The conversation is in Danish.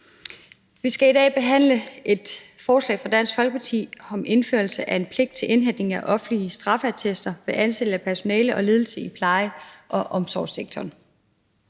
Vi skal i dag behandle et forslag fra Dansk Folkeparti om indførelse af en pligt til indhentning af offentlige straffeattester ved ansættelse af personale og ledelse i pleje- og omsorgssektoren.